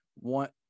want